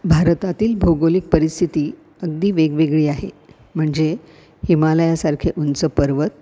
भारतातील भौगोलिक परिस्थिती अगदी वेगवेगळी आहे म्हणजे हिमालयासारखे उंच पर्वत